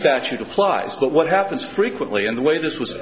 statute plies but what happens frequently in the way this was